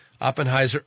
Oppenheimer